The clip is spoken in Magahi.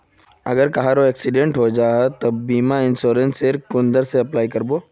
अगर कहारो एक्सीडेंट है जाहा बे तो बीमा इंश्योरेंस सेल कुंसम करे अप्लाई कर बो?